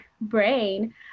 brain